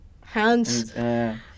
hands